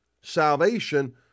salvation